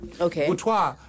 Okay